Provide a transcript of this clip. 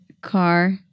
car